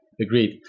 agreed